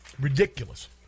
Ridiculous